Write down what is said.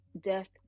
death